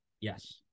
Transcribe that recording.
yes